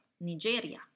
Nigeria